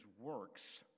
works